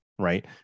Right